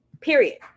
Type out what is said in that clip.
period